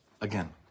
Again